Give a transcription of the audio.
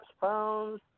phones